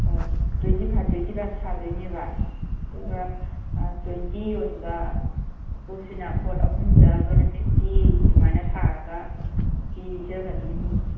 twenty five twenty five ꯁꯥꯗꯣꯏꯅꯦꯕ ꯑꯗꯨꯒ twenty ꯌꯣꯟꯕ ꯄꯣꯠꯁꯤꯅ ꯄꯣꯠ ꯑꯍꯨꯝꯗ ꯑꯩꯈꯣꯏꯅ ꯐꯤꯐꯇꯤ ꯑꯗꯨꯃꯥꯏꯅ ꯁꯥꯔꯒ ꯄꯤꯖꯕꯅꯤ ꯑꯗꯨ